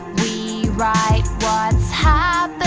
we write what's happening